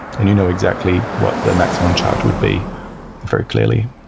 and you know exactly what the maximum charge would be very clearly.